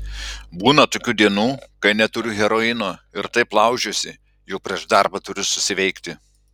būna tokių dienų kai neturiu heroino ir taip laužiuosi jog prieš darbą turiu susiveikti